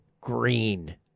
Green